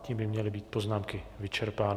Tím by měly být poznámky vyčerpány.